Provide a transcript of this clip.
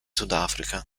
sudafrica